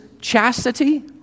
chastity